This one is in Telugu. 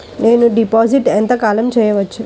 నేను డిపాజిట్ ఎంత కాలం చెయ్యవచ్చు?